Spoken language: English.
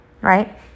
Right